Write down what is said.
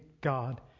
God